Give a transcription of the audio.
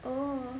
oh